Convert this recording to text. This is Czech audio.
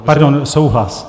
Pardon, souhlas.